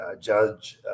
Judge